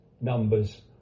numbers